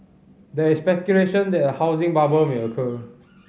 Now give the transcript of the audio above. there is speculation that a housing bubble may occur